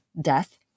death